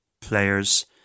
players